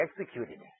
executed